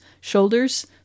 shoulders